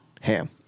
ham